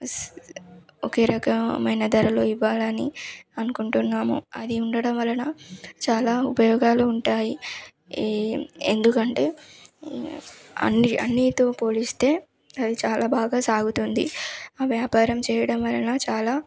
స్ ఒకే రకమైన ధరలో ఇవ్వాలని అనుకుంటున్నాము అది ఉండడం వలన చాలా ఉపయోగాలు ఉంటాయి ఏ ఎందుకంటే అన్ని అన్నీతో పోలిస్తే అది చాలా బాగా సాగుతుంది ఆ వ్యాపారం చేయడం వలన చాలా